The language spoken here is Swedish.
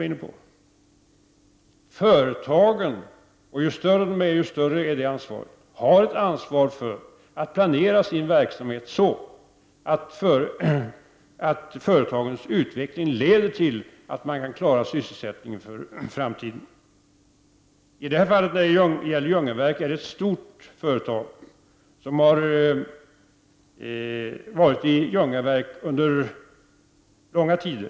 Ju större företagen är desto större är ansvaret. Företagen har ett ansvar för att planera sin verksamhet så, att företagens utveckling leder till att sysselsättningen upprätthålls även i framtiden. I det här fallet, som alltså handlar om Ljungaverk, handlar det ju om ett stort företag som har varit etablerat i Ljungaverk under långa tider.